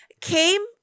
came